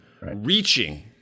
reaching